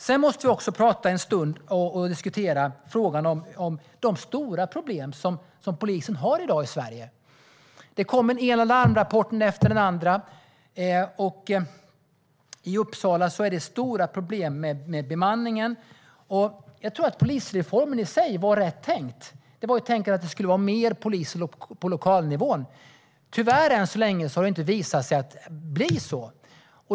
Vi måste också diskutera de stora problem som polisen har i Sverige i dag. Den ena larmrapporten kommer efter den andra. I Uppsala finns det stora problem med bemanningen. Jag tror att polisreformen i sig var rätt tänkt. Tanken var att det skulle finnas fler poliser på lokalnivå. Tyvärr har det inte visat sig bli så, än så länge.